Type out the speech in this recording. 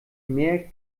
mehr